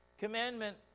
Commandment